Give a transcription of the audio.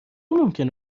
ممکنه